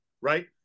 right